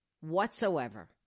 whatsoever